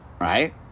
Right